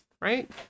right